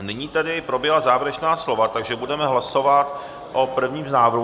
Nyní tedy proběhla závěrečná slova, takže budeme hlasovat o prvním z návrhů.